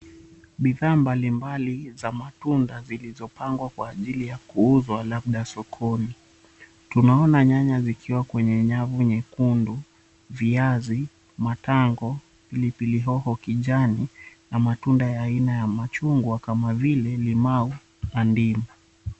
Bidhaa mbalimbali za matunda zilizopangwa kwa ajili ya kuuzwa labsa sokoni. Tunaona nyanya zikiwa kwenye nyavu nyekundu; viazi, matango, pilipili hoho kijani na matunda ya aina ya machungwa kama vile limau na ndimu.